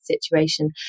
situation